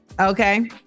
okay